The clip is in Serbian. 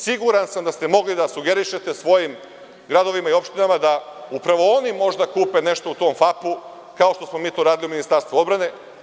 Siguran sam da ste mogli da sugerišete svojim gradovima i opštinama da upravo oni možda kupe nešto u tom FAP-u, kao što smo mi to radili u Ministarstvu odbrane.